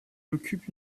occupe